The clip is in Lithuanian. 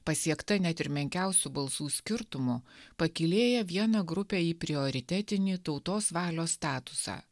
pasiekta net ir menkiausiu balsų skirtumu pakylėja vieną grupę į prioritetinį tautos valios statusą